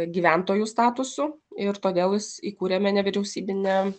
gyventojų statusu ir todėl įkūrėme nevyriausybinę